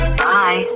bye